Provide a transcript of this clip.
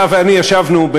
אתה ואני ישבנו,